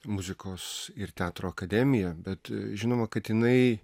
muzikos ir teatro akademija bet žinoma kad jinai